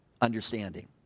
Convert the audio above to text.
understanding